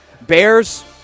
bears